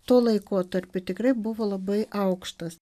tuo laikotarpiu tikrai buvo labai aukštas